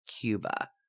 Cuba